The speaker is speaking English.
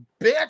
bitch